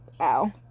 Ow